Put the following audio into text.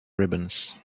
ribbons